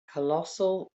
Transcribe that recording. colossal